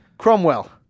Cromwell